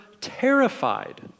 terrified